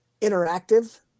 interactive